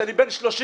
כשאני בן 30,